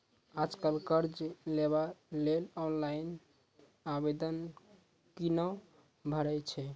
आज कल कर्ज लेवाक लेल ऑनलाइन आवेदन कूना भरै छै?